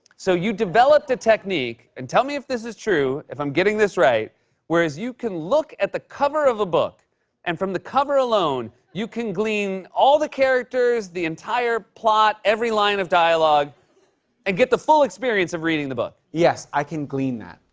so you developed a technique and tell me if this is true, if i'm getting this right whereas you can look at the cover of a book and from the cover alone you can glean all the characters, the entire plot, every line of dialogue and get the full experience of reading the book. yes. i can glean that.